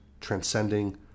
transcending